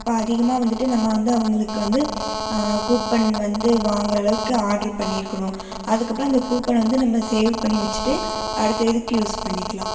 அப்போ அதிகமாக வந்துட்டு நம்ம வந்து அவங்களுக்கு வந்து கூப்பன் வந்து வாங்குகிற அளவுக்கு ஆட்ரு பண்ணியிருக்குணும் அதுக்கப்பறம் அந்த கூப்பன் வந்து நம்ம சேவ் பண்ணி வச்சுட்டு அடுத்த இதுக்கு யூஸ் பண்ணிக்கலாம்